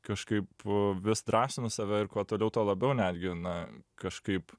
kažkaip vis drąsinu save ir kuo toliau tuo labiau netgi na kažkaip